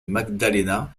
magdalena